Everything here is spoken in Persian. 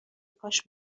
کاش